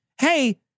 hey